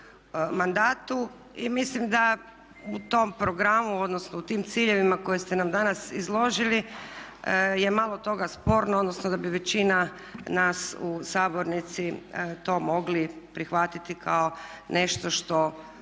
I mislim da u tom programu, odnosno u tim ciljevima koje ste nam danas izložili je malo toga sporno, odnosno da bi većina nas u sabornici to mogli prihvatiti kao nešto što,